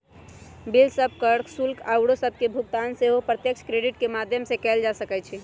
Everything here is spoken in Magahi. बिल सभ, कर, शुल्क आउरो सभके भुगतान सेहो प्रत्यक्ष क्रेडिट के माध्यम से कएल जा सकइ छै